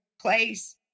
place